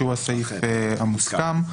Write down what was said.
שהוא הסעיף המוסכם.